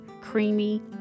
creamy